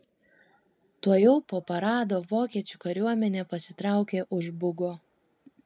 tuojau po parado vokiečių kariuomenė pasitraukė už bugo